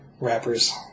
rappers